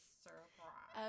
surprise